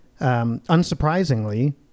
Unsurprisingly